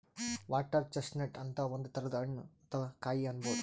water chestnut ಅಂತ್ ಒಂದ್ ತರದ್ ಹಣ್ಣ್ ಅಥವಾ ಕಾಯಿ ಅನ್ಬಹುದ್